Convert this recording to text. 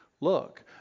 look